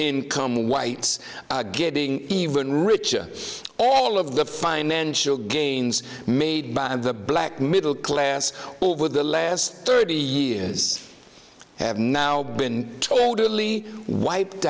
income whites are getting even richer all of the financial gains made by the black middle class well over the last thirty years have now been totally wiped